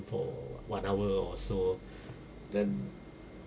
for one hour or so then